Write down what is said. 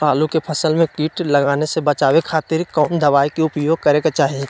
आलू के फसल में कीट लगने से बचावे खातिर कौन दवाई के उपयोग करे के चाही?